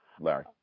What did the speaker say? Larry